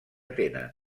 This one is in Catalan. tenen